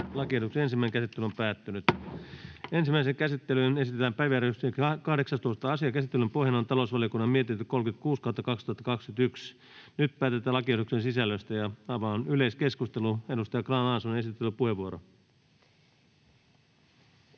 oppilaitosten kustannuksella? — Kiitoksia. Ensimmäiseen käsittelyyn esitellään päiväjärjestyksen 17. asia. Käsittelyn pohjana on talousvaliokunnan mietintö TaVM 35/2021 vp. Nyt päätetään lakiehdotuksen sisällöstä. — Avaan yleiskeskustelun. — Edustaja Grahn-Laasonen, esittelypuheenvuoro,